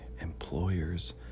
employer's